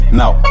now